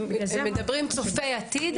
אם מדברים במגמה צופת העתיד,